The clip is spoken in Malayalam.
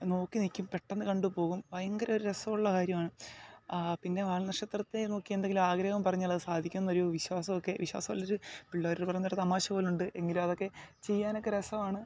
നോക്കി നിൽക്കും പെട്ടന്ന് കണ്ടു പോകും ഭയങ്കര ഒരു രസമുള്ള കാര്യമാണ് പിന്നെ വാൽനക്ഷത്രത്തെ നോക്കി എന്തെങ്കിലും ആഗ്രഹം പറഞ്ഞാൽ അത് സാധിക്കും എന്നൊരു വിശ്വാസമൊക്കെ വിശ്വാസം അല്ല ഒരു പിള്ളേർ പറയുന്ന ഒരു തമാശ പോലുണ്ട് എങ്കിലും അതൊക്കെ ചെയ്യാനൊക്കെ രസമാണ്